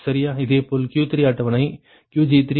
இதேபோல் Q3 அட்டவணை Qg3 QL3 0 45